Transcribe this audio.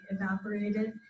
evaporated